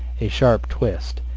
a sharp twist.